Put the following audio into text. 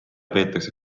peetakse